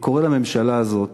אני קורא לממשלה הזאת: